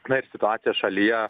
na ir situacija šalyje